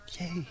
Yay